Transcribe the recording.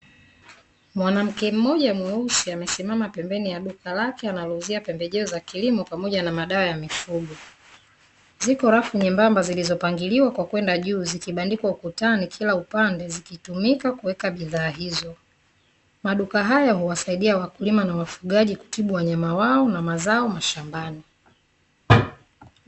Mwanamke mmoja mweusi amesimama pembeni ya duka lake anaulizia pembejeo za kilimo pamoja na madawa ya mifugo. Ziko rafu nyembamba zilizopangiliwa kwa kwenda juu zikibandikwa ukutani, kila upande zikitumika kuweka bidhaa hizo. Maduka hayo huwasaidia wakulima na wafugaji kutibu wanyama wao na mazao mashambani.